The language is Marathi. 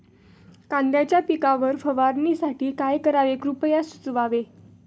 कांद्यांच्या पिकावर फवारणीसाठी काय करावे कृपया सुचवावे